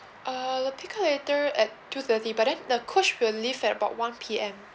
err the pick up later at two-thirty but then the coach will leave at about one P_M